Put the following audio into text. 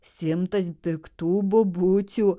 simtas piktų bobucių